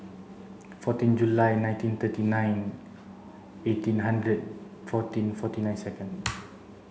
fourteen July nineteen thirty nine eighteen hundred fourteen forty nine second